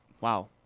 wow